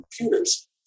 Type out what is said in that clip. computers